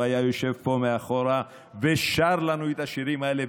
הוא היה יושב פה מאחור ושר לנו את השירים האלה.